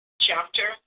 chapter